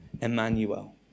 Emmanuel